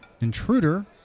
Intruder